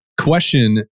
Question